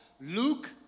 Luke